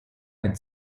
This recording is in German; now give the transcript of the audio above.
ein